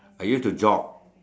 I used to jog